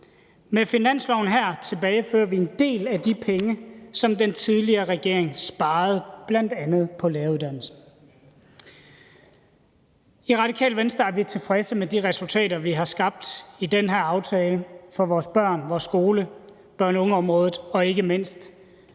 med finansloven her tilbagefører vi en del af de penge, som den tidligere regering sparede, bl.a. på læreruddannelse. I Radikale Venstre er vi tilfredse med de resultater, vi har skabt i den her aftale for vores børn, vores skole, børn- og ungeområdet og ikke mindst